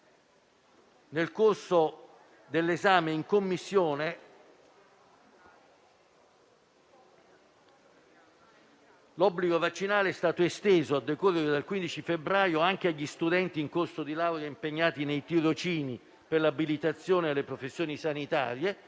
nel corso dell'esame in Commissione, l'obbligo vaccinale è stato esteso, a decorrere dal 15 febbraio, anche agli studenti in corso di laurea impegnati nei tirocini per l'abilitazione alle professioni sanitarie